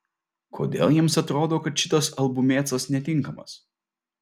kodėl jiems atrodo kad šitas albumėcas netinkamas